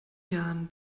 jahren